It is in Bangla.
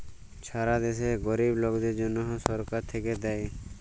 ছারা দ্যাশে গরিব লকদের জ্যনহ ছরকার থ্যাইকে দ্যায়